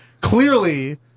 clearly